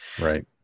Right